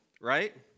right